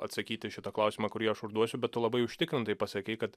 atsakyt į šitą klausimą kurį aš užduosiu bet tu labai užtikrintai pasakei kad